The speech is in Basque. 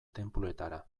tenpluetara